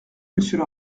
monsieur